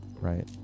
right